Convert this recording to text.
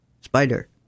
Spider